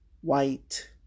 white